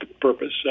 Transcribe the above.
purpose